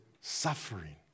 suffering